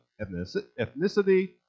ethnicity